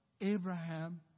Abraham